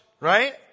right